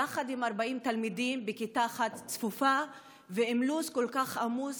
יחד עם 40 תלמידים בכיתה אחת צפופה ועם לו"ז כל כך עמוס,